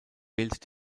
wählt